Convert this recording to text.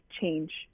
change